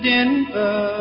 Denver